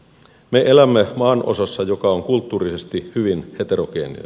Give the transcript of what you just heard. me elämme maanosassa joka on kulttuurisesti hyvin heterogeeninen